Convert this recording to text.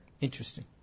Interesting